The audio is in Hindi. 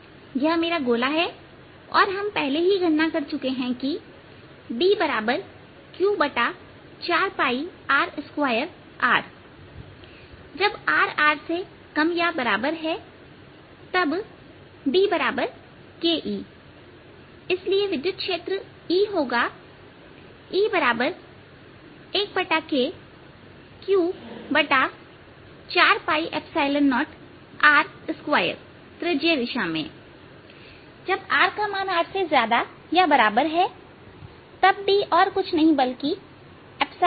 यह मेरा गोला है और हम पहले ही गणना कर चुके हैं कि DQ4R2r जब rRतब DkE इसलिए विद्युत क्षेत्र E होगा E1kQ40R2त्रिज्यीय दिशा में और जब rRहै तब D और कुछ नहीं बल्कि 0Eहै